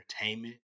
entertainment